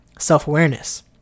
self-awareness